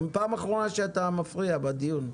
זו הפעם האחרונה שאתה מפריע בדיון.